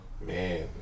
Man